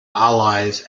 alloys